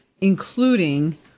including